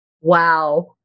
Wow